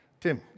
Tim